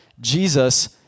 Jesus